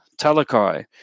Talakai